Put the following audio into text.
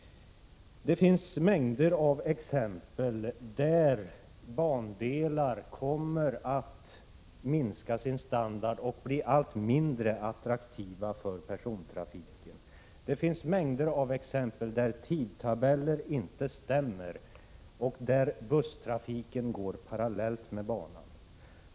Det finns mängder av exempel på att bandelar får försämrad standard och blir allt mindre attraktiva för persontrafiken. Det finns mängder av exempel på att tidtabeller inte stämmer och att busstrafiken går parallellt med banan.